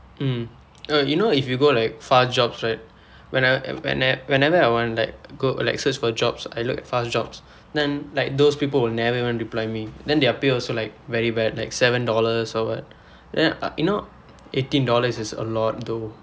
mm uh you know if you go like fast jobs right when I when~ I whenever I want like go like search for jobs I look fast jobs then like those people will never even reply me then their pay also like very bad like seven dollars or what then you know eighteen dollars is a lot though